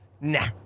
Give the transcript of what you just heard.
nah